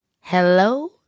Hello